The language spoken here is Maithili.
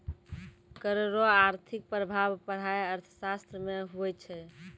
कर रो आर्थिक प्रभाब पढ़ाय अर्थशास्त्र मे हुवै छै